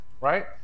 right